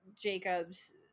Jacobs